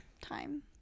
time